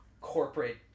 corporate